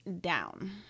down